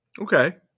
Okay